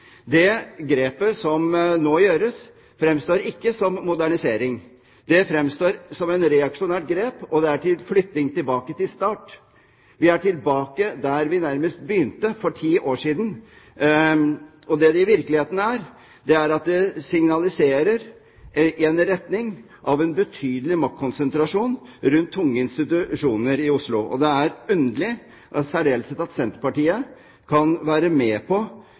Det grepet som nå gjøres, fremstår ikke som modernisering. Det fremstår som et reaksjonært grep, og det er flytting tilbake til start – vi er tilbake nærmest der vi begynte for ti år siden. I virkeligheten signaliseres det i retning av en betydelig maktkonsentrasjon rundt tunge institusjoner i Oslo. Det er underlig at i særdeleshet Senterpartiet kan være med på